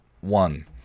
one